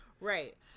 Right